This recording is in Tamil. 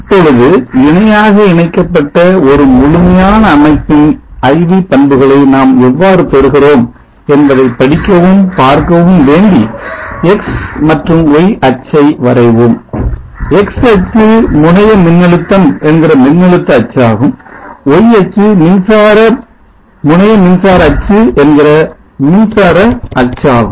இப்பொழுது இணையாக இணைக்கப்பட்ட ஒரு முழுமையான அமைப்பின் IV பண்புகளை நாம் எவ்வாறு பெறுகிறோம் என்பதை படிக்கவும் பார்க்கவும் வேண்டி X மற்றும் Y அச்சை வரைவோம் X அச்சு முனைய மின்னழுத்தம் என்கிற மின்னழுத்த அச்சாகும் Y அச்சு முனைய மின்சார அச்சு என்கிற மின்சார அச்சாகும்